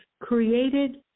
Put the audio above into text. Created